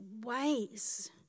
ways